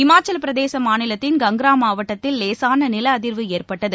இமாசலப்பிரதேசமாநிலத்தின் கங்ராமாவட்டத்தில் லேசானநிலஅதிர்வு ஏற்பட்டது